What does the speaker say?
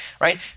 right